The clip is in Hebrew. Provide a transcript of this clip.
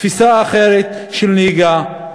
תפיסה אחרת של נהיגה,